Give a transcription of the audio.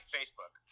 Facebook